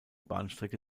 bahnstrecke